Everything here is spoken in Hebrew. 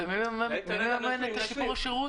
ומי מממן את שיפור השירות?